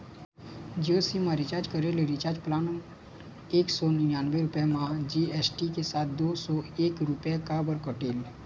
Jio sim मा recharge करे ले रिचार्ज प्लान एक सौ निन्यानबे रुपए मा जी.एस.टी के साथ दो सौ एक रुपया काबर कटेल?